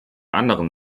anderen